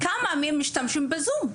משתמשים בזום.